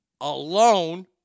alone